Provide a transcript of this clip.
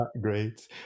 great